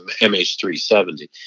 MH370